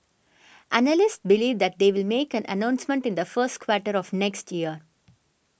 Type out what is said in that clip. analysts believe that they will make an announcement in the first quarter of next year